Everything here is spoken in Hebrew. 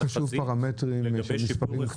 מאוד חשוב פרמטרים של מספרים,